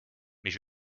mais